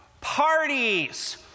parties